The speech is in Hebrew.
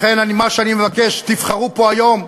לכן, מה שאני מבקש: תבחרו פה היום,